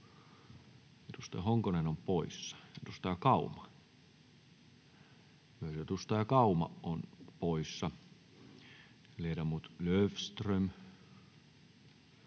edustaja Honkonen on poissa. Edustaja Kauma, myös edustaja Kauma on poissa. Ledamot Löfström,